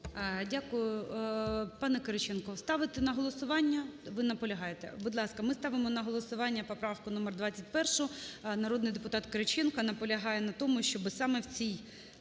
Дякую. Пане Кириченко, ставити на голосування? Ви наполягаєте. Будь ласка, ми ставимо на голосування поправку номер 21. Народний депутат Кириченко наполягає на тому, щоби саме в цій